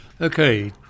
Okay